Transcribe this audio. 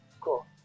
cool